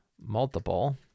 multiple